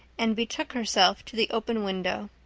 and betook herself to the open window.